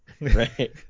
Right